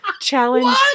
challenge